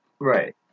right